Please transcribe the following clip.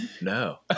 No